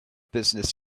business